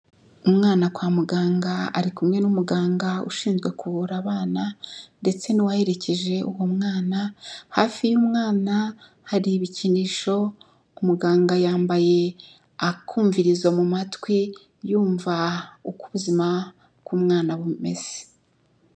Umwana kwa muganga ari kumwe n'umuganga ushinzwe kuvura abana ndetse n'uwaherekeje uwo mwana, hafi y'umwana hari ibikinisho, umuganga yambaye akumvirizo mu matwi yumva uko ubuzima bw'umwana bumeze.